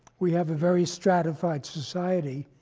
we have a very stratified society,